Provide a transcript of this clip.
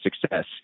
success